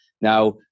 Now